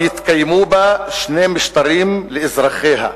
ושיתקיימו בה שני משטרים לאזרחיה,